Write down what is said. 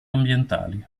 ambientali